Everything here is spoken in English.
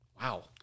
Wow